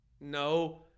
No